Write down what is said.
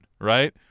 right